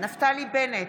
נפתלי בנט,